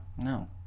No